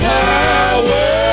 power